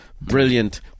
brilliant